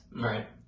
Right